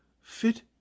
fit